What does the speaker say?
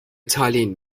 تالین